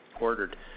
ordered